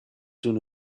soon